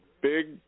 big